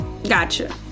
Gotcha